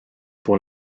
pour